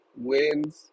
wins